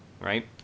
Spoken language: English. right